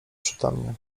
przytomnie